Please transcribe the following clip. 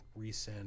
resend